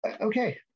okay